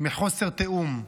מחוסר תיאום.